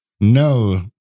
No